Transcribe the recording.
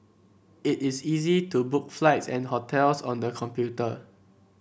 it is easy to book flights and hotels on the computer